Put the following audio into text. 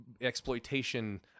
exploitation